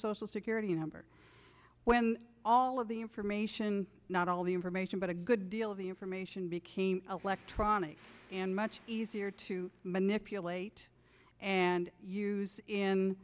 social security number when all of the information not all the information but a good deal of the information became electronic and much easier to manipulate and use in